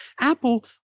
Apple